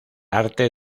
arte